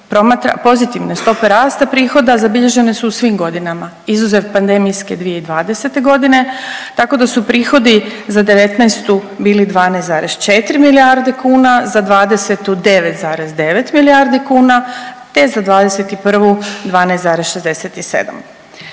Pozitivne stope rasta prihoda zabilježene su u svim godinama izuzev pandemijske 2020. godine tako da su prihodi za '19. bili 12,4 milijarde kuna, za '20. 9,9 milijardi kuna te za '21. 12,67. Pored toga